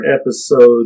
episode